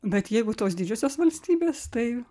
bet jeigu tos didžiosios valstybės tai